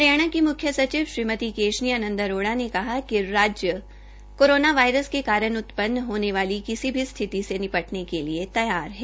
हरियाण की मुख्य सचिव श्रीमती केशनी आनंद अरोड़ा ने कहा है कि राज्य कोरोना वायरस के कारण उत्पन होने वाली किसी भी स्थिति से निपटने के लिए तैयार है